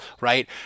right